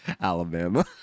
Alabama